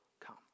come